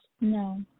No